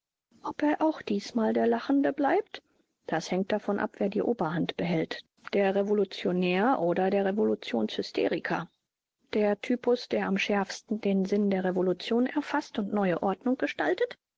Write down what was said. ob er auch diesmal der lachende bleibt das hängt davon ab wer die oberhand behält der revolutionär oder der revolutionshysteriker der typus der am schärfsten den sinn der revolution erfaßt und neue ordnung gestaltet